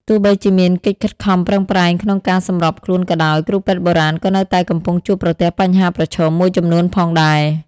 ទោះបីជាមានកិច្ចខិតខំប្រឹងប្រែងក្នុងការសម្របខ្លួនក៏ដោយ គ្រូពេទ្យបុរាណក៏នៅតែកំពុងជួបប្រទះបញ្ហាប្រឈមមួយចំនួនផងដែរ។